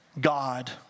God